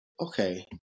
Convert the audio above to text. Okay